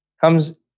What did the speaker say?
comes